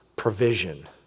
Provision